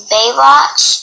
Baywatch